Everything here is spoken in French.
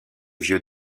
vieux